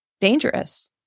dangerous